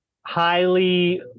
highly